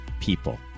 people